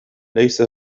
ليس